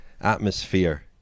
atmosphere